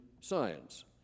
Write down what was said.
science